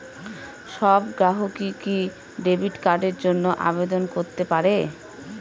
সব গ্রাহকই কি ডেবিট কার্ডের জন্য আবেদন করতে পারে?